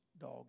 dog